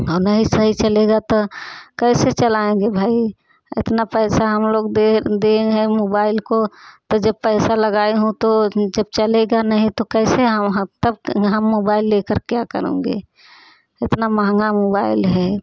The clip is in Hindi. और नहीं सही चलेगा तो कैसे चलाएँगे भाई इतना पैसा हम लोग दे दे रहें मोबाइल को तो जब पैसा लगाएँ हों तो जब चलेगा नहीं तो कैसे हम हम तब हम मोबाइल लेकर क्या करुँगी इतना महंगा मोबाइल है